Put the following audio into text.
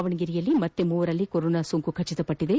ದಾವಣಗೆರೆಯಲ್ಲಿ ಮತ್ತೆ ಮೂವರಲ್ಲಿ ಕೊರೋನಾ ಸೋಂಕು ದೃಢಪಟ್ಟದೆ